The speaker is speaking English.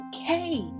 okay